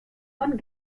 man